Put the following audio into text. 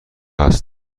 است